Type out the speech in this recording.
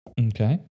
Okay